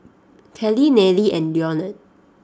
Karley Nayely and Leonard